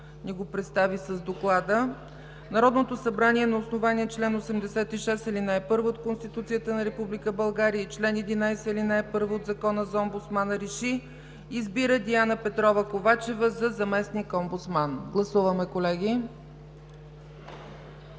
„Народното събрание на основание чл. 86, ал. 1 от Конституцията на Република България и чл. 11, ал. 1 от Закона за омбудсмана РЕШИ: Избира Диана Петрова Ковачева за заместник-омбудсман”. Гласуваме, колеги.